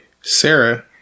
Sarah